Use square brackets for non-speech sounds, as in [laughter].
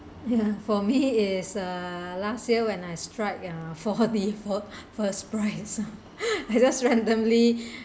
ya [laughs] for me is uh last year when I strike uh four [laughs] D for first prize ah [laughs] I just randomly